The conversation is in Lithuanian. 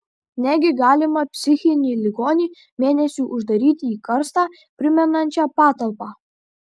negi galima psichinį ligonį mėnesiui uždaryti į karstą primenančią patalpą